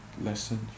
lesson